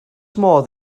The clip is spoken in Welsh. modd